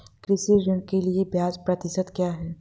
कृषि ऋण के लिए ब्याज प्रतिशत क्या है?